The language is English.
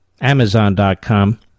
Amazon.com